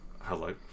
hello